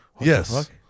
Yes